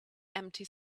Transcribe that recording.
empty